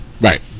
Right